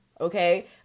Okay